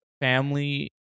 family